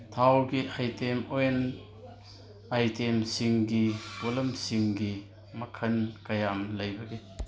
ꯊꯥꯎꯒꯤ item oil ꯑꯥꯏꯇꯦꯝꯁꯤꯡꯒꯤ ꯄꯣꯠꯂꯝꯁꯤꯡꯒꯤ ꯃꯈꯜ ꯀꯌꯥꯝ ꯂꯩꯕꯒꯦ